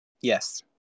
Yes